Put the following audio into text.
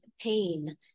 pain